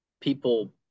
people